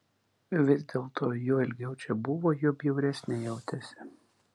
vis dėlto juo ilgiau čia buvo juo bjauresnė jautėsi